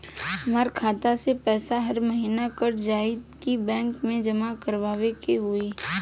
हमार खाता से पैसा हर महीना कट जायी की बैंक मे जमा करवाए के होई?